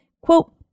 quote